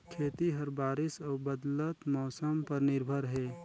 खेती ह बारिश अऊ बदलत मौसम पर निर्भर हे